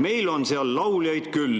"Meil on seal lauljaid küll,